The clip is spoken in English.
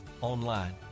online